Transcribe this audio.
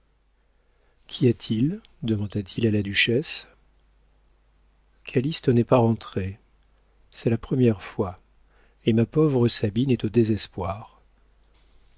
qu'y a-t-il demanda-t-il à la duchesse calyste n'est pas rentré c'est la première fois et ma pauvre sabine est au désespoir